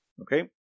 Okay